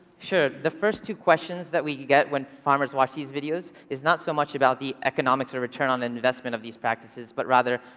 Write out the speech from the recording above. sure. the first two questions that we get when farmers watch these videos is not so much about the economics or return on investment of these practices but, rather,